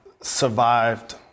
survived